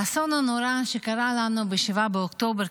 באסון הנורא שקרה לנו ב-7 באוקטובר,